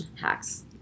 hacks